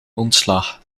ontslag